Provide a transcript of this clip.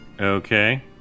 Okay